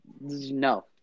no